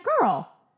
girl